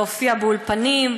להופיע באולפנים.